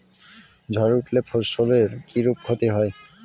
ঝড় উঠলে ফসলের কিরূপ ক্ষতি হয়?